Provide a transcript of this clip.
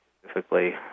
specifically